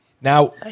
now